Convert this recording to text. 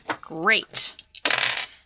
Great